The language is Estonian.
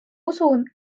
usun